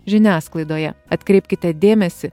žiniasklaidoje atkreipkite dėmesį